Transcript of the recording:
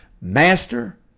Master